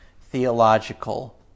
theological